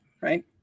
Right